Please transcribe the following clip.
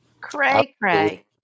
Cray-cray